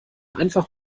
einfach